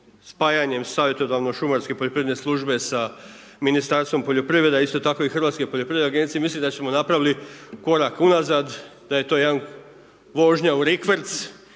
spajanjem savjetodavno šumarske poljoprivredne službe sa Ministarstvom poljoprivrede, a isto tako i Hrvatske poljoprivredne agencije, mislim da smo napravili korak unazad, da je to jedna vožnja u rikverc